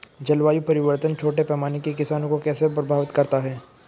जलवायु परिवर्तन छोटे पैमाने के किसानों को कैसे प्रभावित करता है?